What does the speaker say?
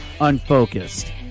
unfocused